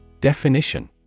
Definition